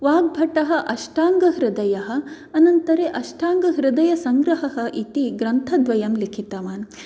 वाग्भटः अष्टाङ्गहृदयः अनन्तरं अष्टाङ्गहृदयसंग्रहः इति ग्रन्थद्वयं लिखितवान्